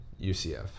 UCF